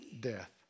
death